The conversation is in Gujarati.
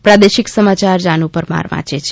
પ્રાદેશિક સમાચાર જાનુ પરમાર વાંચે છે